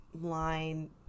line